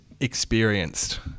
Experienced